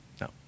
No